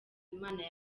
imana